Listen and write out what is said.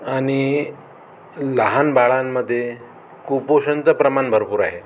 आणि लहान बाळांमध्ये कुपोषणचं प्रमाण भरपूर आहे